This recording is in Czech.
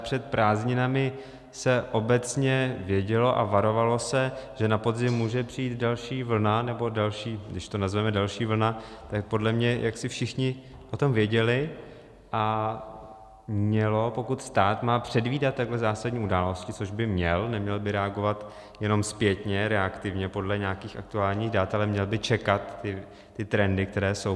Před prázdninami se obecně vědělo a varovalo se, že na podzim může přijít další vlna, nebo další, když to nazveme další vlna, tak podle mě jaksi všichni o tom věděli a mělo se, pokud stát má předvídat takhle zásadní události, což by měl, neměl by reagovat jenom zpětně, reaktivně podle nějakých aktuálních dat, ale měl by čekat ty trendy, které jsou.